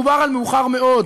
מדובר על מאוחר מאוד,